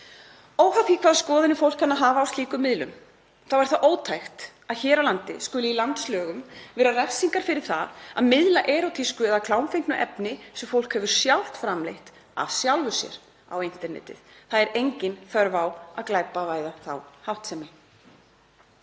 því hvaða skoðanir fólk kann að hafa á slíkum miðlum þá er það ótækt að hér á landi skuli í landslögum vera refsingar fyrir það að miðla erótísku eða klámfengnu efni sem fólk hefur sjálft framleitt af sjálfu sér á internetið. Það er engin þörf á að glæpavæða þá háttsemi.